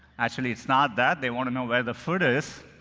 actually, it's not that. they want to know where the food is.